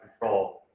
control